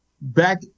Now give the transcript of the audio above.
back